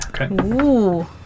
Okay